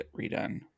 redone